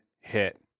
hit